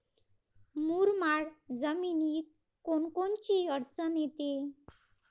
मुरमाड जमीनीत कोनकोनची अडचन येते?